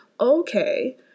okay